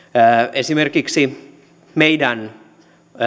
esimerkiksi meidän